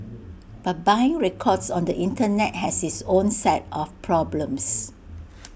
but buying records on the Internet has its own set of problems